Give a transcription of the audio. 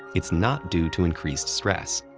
it's not due to increased stress.